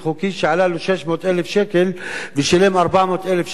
לו 600,000 שקל ושילם 400,000 שקל קנס.